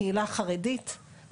קהילה חרדית,